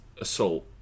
assault